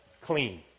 clean